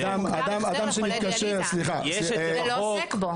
בחקיקה כבר מוגדר חולה דיאליזה, זה לא עוסק בו.